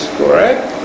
correct